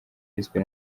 yiswe